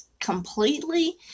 completely